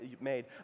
made